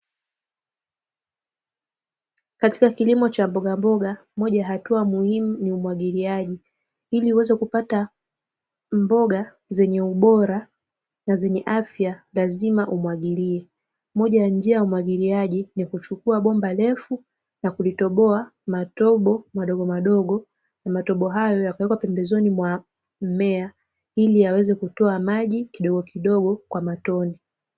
Katika kilimo cha mbogamboga moja ya hatua muhimu ni umwagiliaji. Ili uweze kupata mboga zenye ubora na zenye afya ni lazima umwagilie. Moja ya njia ya umwagiliaji, ni kuchukua bomba refu, na kutoboa matobo madogomadogo, na matobo hayo yakawekwa pembezoni mwa mmea, ili yaweze kutoa maji kidogokidogo kwa matone.